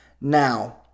Now